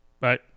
Bye